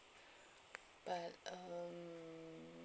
but um